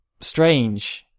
strange